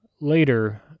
later